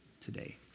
today